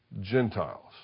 Gentiles